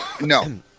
No